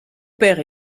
père